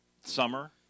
summer